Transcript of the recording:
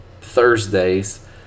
Thursdays